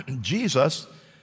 Jesus